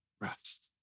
rest